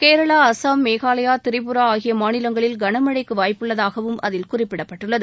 கேரளா அஸ்ஸாம் மேகாலயா திரிபுரா ஆகிய மாநிலங்களில் கனமழைக்கு வாய்ப்புள்ளதாகவும் அதில் குறிப்பிடப்பட்டுள்ளது